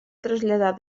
traslladar